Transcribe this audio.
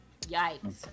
Yikes